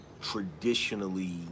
traditionally